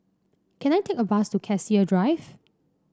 can I take a bus to Cassia Drive